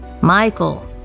Michael